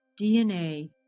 DNA